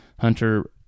hunter